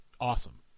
awesome